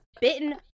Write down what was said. bitten